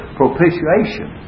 propitiation